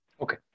Okay